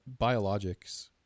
biologics